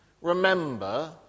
remember